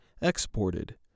exported